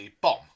bomb